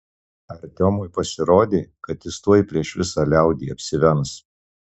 artiomui pasirodė kad jis tuoj prieš visą liaudį apsivems